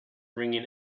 ringing